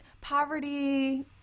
poverty